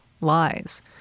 lies